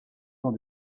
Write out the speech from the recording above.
dans